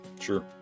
Sure